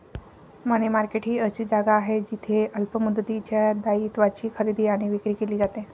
मनी market ही अशी जागा आहे जिथे अल्प मुदतीच्या दायित्वांची खरेदी आणि विक्री केली जाते